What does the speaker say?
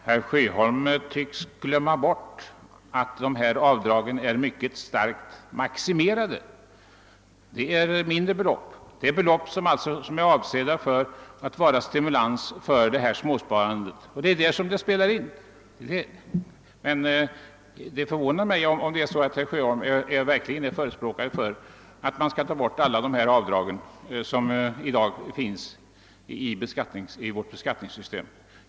Herr talman! Herr Sjöholm tycks glömma bort att dessa avdrag är mycket starkt maximerade. Det är mindre belopp — belopp som är avsedda att vara stimulans för småsparandet, och det är där de spelar in. Det förvånar mig om herr Sjöholm verkligen är förespråkare för att ta bort alla de avdrag som i dag finns i vårt beskattningssystem.